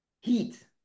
Heat